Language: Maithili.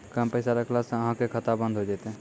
कम पैसा रखला से अहाँ के खाता बंद हो जैतै?